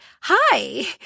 hi